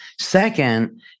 Second